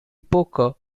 poker